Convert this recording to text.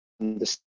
understand